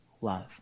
love